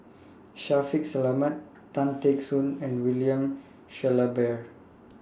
Shaffiq Selamat Tan Teck Soon and William Shellabear